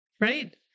Right